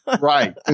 Right